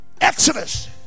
Exodus